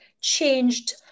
changed